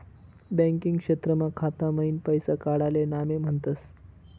banking क्षेत्रमा खाता मईन पैसा काडाले नामे म्हनतस